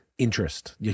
interest